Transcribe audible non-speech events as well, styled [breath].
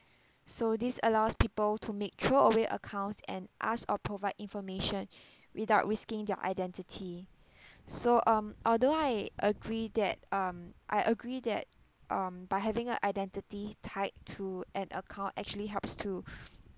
so this allows people to make throwaway accounts and ask or provide information [breath] without risking their identity [breath] so um although I agree that um I agree that um by having a identity tied to an account actually helps to [breath]